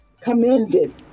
commended